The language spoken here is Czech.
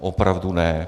Opravdu ne.